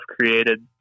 created